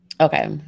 Okay